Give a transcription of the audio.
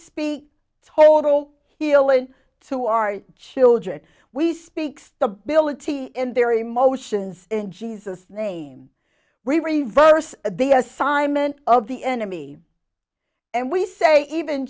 speak total healing to our children we speak stability in their emotions in jesus name we reverse the assignment of the enemy and we say even